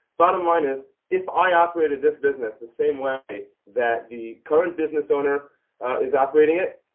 bottom line is if i operated this business the same way that the current business owner is operating it,